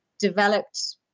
developed